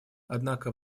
однако